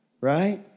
Right